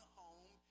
home